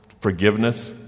forgiveness